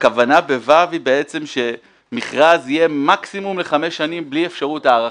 הכוונה ב-(ו) שמכרז יהיה מקסימום לחמש שנים בלי אפשרות הארכה.